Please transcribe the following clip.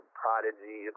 prodigy